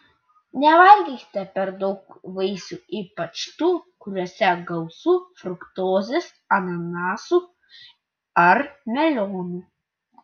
nevalgykite per daug vaisių ypač tų kuriuose gausu fruktozės ananasų ar melionų